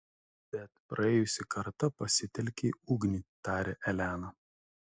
bet praėjusį kartą pasitelkei ugnį tarė elena